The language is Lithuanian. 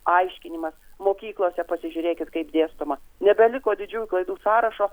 aiškinimas mokyklose pasižiūrėkit kaip dėstoma nebeliko didžiųjų klaidų sąrašo